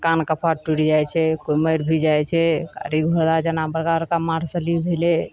कान कपार टुटि जाइ छै केओ मरि भी जाइ छै गाड़ी घोड़ा जेना बड़का बड़का मार्शले भेलै